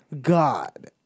God